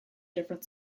different